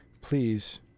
please